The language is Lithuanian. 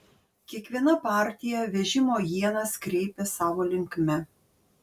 kiekviena partija vežimo ienas kreipė savo linkme